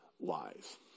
lies